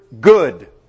good